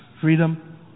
freedom